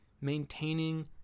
maintaining